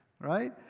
right